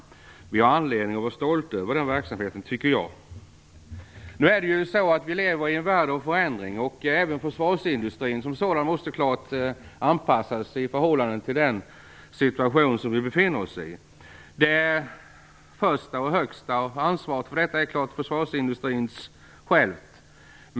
Jag tycker att vi har anledning att vara stolta över den verksamheten. Vi lever i en värld av förändring. Även försvarsindustrin som sådan måste klart anpassas i förhållande till den situation som vi befinner oss i. Det högsta ansvaret har självfallet försvarsindustrin själv.